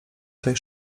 tej